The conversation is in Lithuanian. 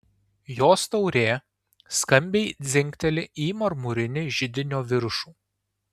jos taurė skambiai dzingteli į marmurinį židinio viršų